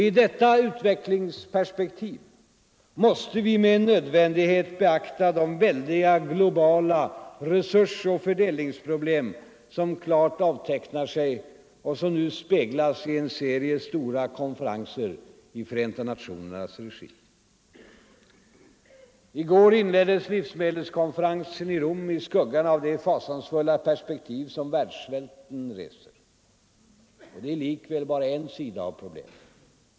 I detta utvecklingsperspektiv måste vi med nödvändighet beakta de väldiga globala resursoch fördelningsproblem som klart avtecknar sig och som nu speglas i en serie stora konferenser i Förenta nationernas regi. I går inleddes livsmedelskonferensen i Rom i skuggan av de fasansfulla perspektiv som världssvälten reser. Det är likväl bara en sida av problemet.